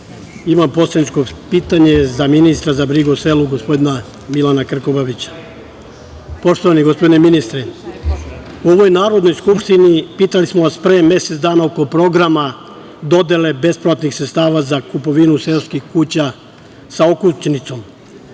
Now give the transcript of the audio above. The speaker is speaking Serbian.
imam poslaničko pitanje za ministra za brigu o selu gospodina Milana Krkobabića. Poštovani gospodine ministre, u ovoj Narodnoj skupštini pitali smo vas pre mesec dana oko programa dodele besplatnih sredstava za kupovinu seoskih kuća sa okućnicom.